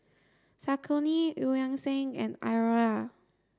Saucony Eu Yan Sang and Iora